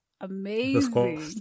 Amazing